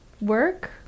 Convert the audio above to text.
work